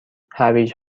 هویج